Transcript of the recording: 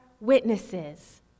witnesses